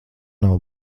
nav